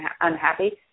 unhappy